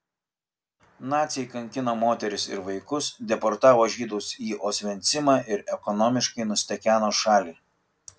naciai kankino moteris ir vaikus deportavo žydus į osvencimą ir ekonomiškai nustekeno šalį